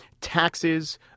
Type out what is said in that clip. taxes